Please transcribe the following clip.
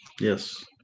yes